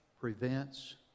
prevents